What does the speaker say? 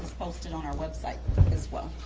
posted on our website as well.